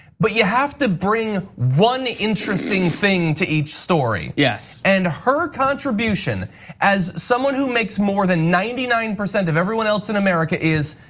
but you have to bring one interesting thing to each story. yes. and her contribution as someone who makes more than ninety nine percent of everyone else in america is,